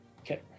okay